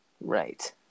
Right